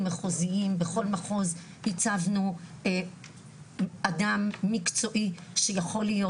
מחוזיים בכל מחוז הצבנו אדם מקצועי שיכול להיות,